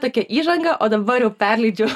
tokia įžanga o dabar perleidžiu